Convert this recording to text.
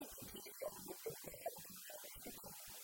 כן, כי כשיש מאות הרוגים אתה חייב לקיים משהו משפטים